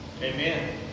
Amen